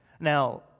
Now